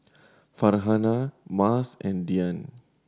Farhanah Mas and Dian